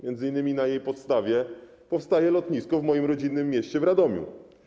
M.in. na jej podstawie powstaje lotnisko w moim rodzinnym mieście, w Radomiu.